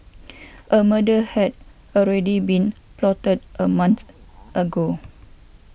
a murder had already been plotted a month ago